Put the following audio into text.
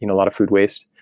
you know lot of food waste.